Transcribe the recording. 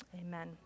amen